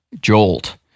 jolt